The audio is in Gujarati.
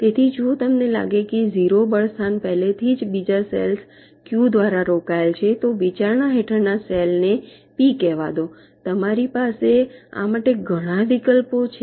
તેથી જો તમને લાગે કે 0 બળ સ્થાન પહેલાથી જ બીજા સેલ ક્યૂ દ્વારા રોકાયેલ છે તો વિચારણા હેઠળના સેલ ને પી કહેવા દો તમારી પાસે આ માટે ઘણા વિકલ્પો છે